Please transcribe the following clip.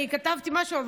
אני כתבתי משהו,